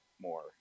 more